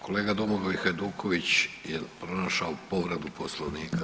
Kolega Domagoj Hajduković je pronašao povredu Poslovnika.